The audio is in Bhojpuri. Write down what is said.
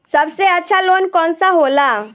सबसे अच्छा लोन कौन सा होला?